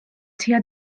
tua